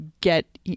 get